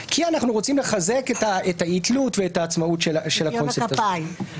כי אנחנו רוצים לחזק את האי-תלות ואת העצמאות של הקונספט הזה.